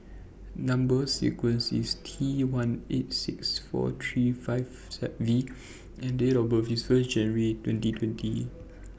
Number sequence IS T one eight six four three five V and Date of birth IS First January twenty twenty